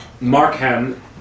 Markham